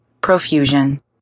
profusion